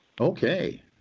Okay